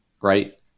right